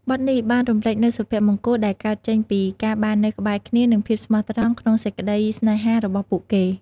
បទនេះបានរំលេចនូវសុភមង្គលដែលកើតចេញពី ការបាននៅក្បែរគ្នា និង ភាពស្មោះត្រង់ក្នុងសេចក្ដីស្នេហា របស់ពួកគេ។